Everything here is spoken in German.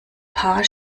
paar